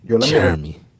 Jeremy